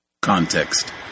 Context